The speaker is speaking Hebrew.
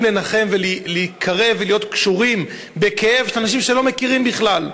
לנחם ולהיקרא ולהיות קשורים בכאב של אנשים שהם לא מכירים בכלל.